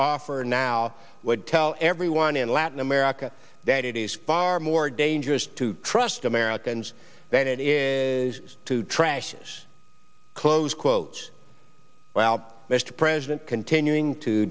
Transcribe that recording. and now would tell everyone in latin america that it is far more dangerous to trust americans than it is to trash this close quote well mr president continuing to